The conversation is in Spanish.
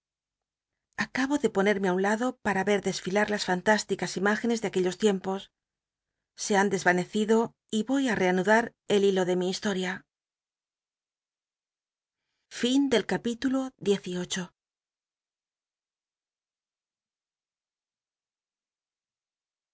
acabo de ponennc un lado para ver desfilar las fant lsticas im ígencs de aquellos tiempos se han dcsnmecido y y oy á reanudat el hilo de mi historia